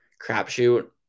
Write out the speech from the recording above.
crapshoot